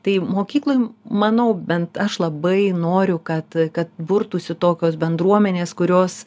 tai mokyklai manau bent aš labai noriu kad kad burtųsi tokios bendruomenės kurios